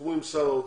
שסוכמו עם שר האוצר.